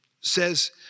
says